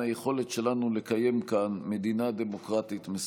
היכולת שלנו לקיים כאן מדינה דמוקרטית משגשגת.